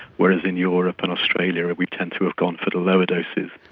whereas in europe and australia we tend to have gone for the lower doses.